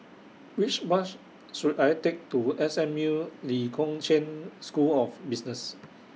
Which Bus should I Take to S M U Lee Kong Chian School of Business